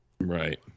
Right